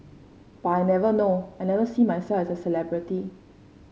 but I never know I never see myself as a celebrity